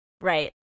Right